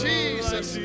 Jesus